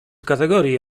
kategorii